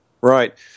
Right